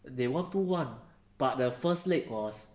they one to one but the first leg was